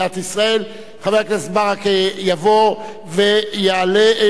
חבר הכנסת ברכה יבוא ויעלה להחליף אותי.